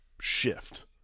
shift